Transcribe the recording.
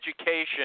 education